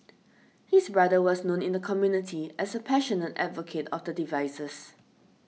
his brother was known in the community as a passionate advocate of the devices